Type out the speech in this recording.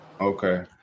okay